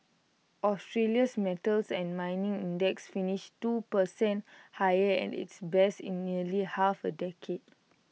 Australia's metals and mining index finished two per cent higher at its best in nearly half A decade